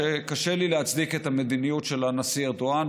קשה לי להצדיק את המדיניות של הנשיא ארדואן,